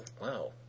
Wow